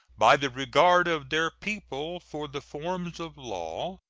by the regard of their people for the forms of law,